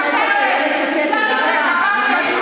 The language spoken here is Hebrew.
תודה רבה.